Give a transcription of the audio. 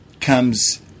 comes